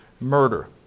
murder